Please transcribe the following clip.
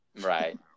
right